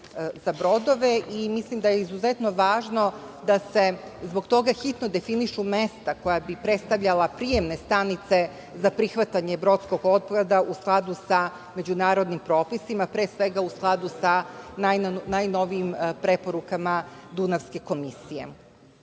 za brodove i mislim da je izuzetno važno da se zbog toga hitno definišu mesta koja bi predstavljala prijemne stanice za prihvatanje brodskog otpada u skladu sa međunarodnim propisima, pre svega u skladu sa najnovijim preporukama Dunavske komisije. Naravno